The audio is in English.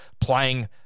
playing